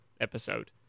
episode